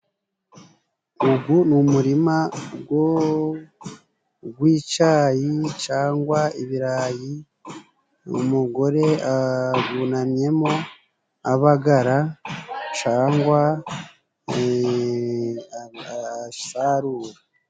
Ugu ni umurima w'icyayi cangwa ibirayi, umugore awunamyemo abagara cangwa asarura.